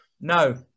no